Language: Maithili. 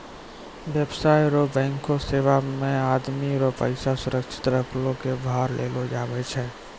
व्यवसाय रो बैंक सेवा मे आदमी रो पैसा सुरक्षित रखै कै भार लेलो जावै छै